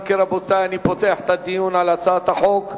אם כן, רבותי, אני פותח את הדיון על הצעת החוק.